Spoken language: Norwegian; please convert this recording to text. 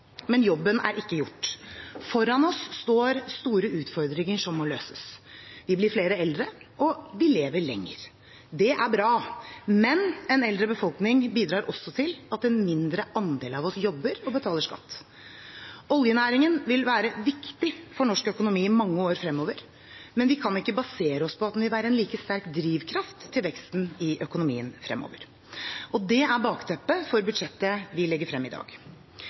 men jobben er ikke gjort. Foran oss står store utfordringer som må løses: Vi blir flere eldre, og vi lever lenger. Det er bra. Men en eldre befolkning bidrar også til at en mindre andel av oss jobber og betaler skatt. Oljenæringen vil være viktig for norsk økonomi i mange år fremover, men vi kan ikke basere oss på at den vil være en like sterk drivkraft til veksten i økonomien fremover. Det er bakteppet for budsjettet vi legger frem i dag.